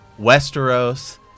Westeros